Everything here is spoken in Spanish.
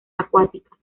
acuáticas